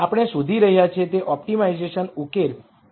આપણે શોધી રહ્યા છીએ તે ઓપ્ટિમાઇઝેશન સોલ્યુશન